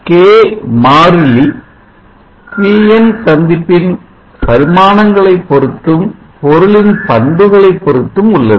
K மாறிலி PN PN சந்திப்பின் பரிமாணங்களைப் பொருத்தும் பொருளின் பண்புகளைப் பொருத்தும் உள்ளது